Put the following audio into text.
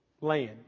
land